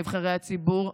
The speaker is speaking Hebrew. נבחרי הציבור,